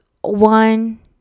one